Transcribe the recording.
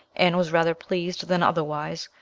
and was rather pleased than otherwise,